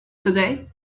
today